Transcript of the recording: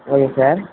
okay sir